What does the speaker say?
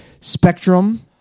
Spectrum